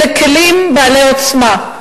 אלה כלים בעלי עוצמה.